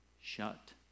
shut